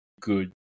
good